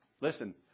Listen